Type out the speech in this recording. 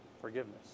forgiveness